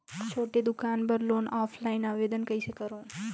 छोटे दुकान बर लोन ऑफलाइन आवेदन कइसे करो?